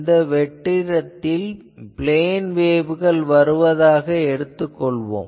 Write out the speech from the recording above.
இந்த வெற்றிடத்தில் பிளேன் வேவ்கள் வருவதாக எடுத்துக் கொள்வோம்